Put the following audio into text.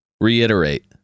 Reiterate